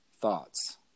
thoughts